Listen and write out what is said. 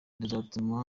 rizatuma